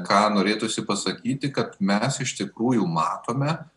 ką norėtųsi pasakyti kad mes iš tikrųjų matome